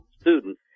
student